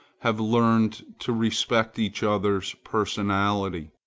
have learned to respect each other's personality.